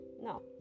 no